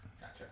Gotcha